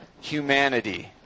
humanity